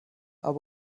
aber